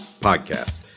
Podcast